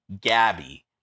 Gabby